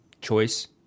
choice